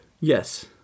Yes